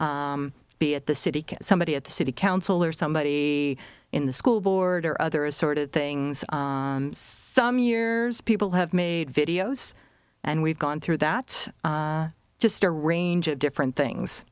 be at the city get somebody at the city council or somebody in the school board or other assorted things some years people have made videos and we've gone through that just a range of different things